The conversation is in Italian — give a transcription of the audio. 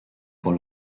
con